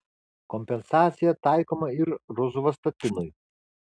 kompensacija taikoma ir rozuvastatinui